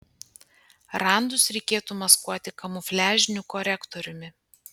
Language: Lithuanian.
randus reikėtų maskuoti kamufliažiniu korektoriumi